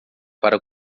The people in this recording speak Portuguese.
para